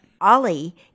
Ollie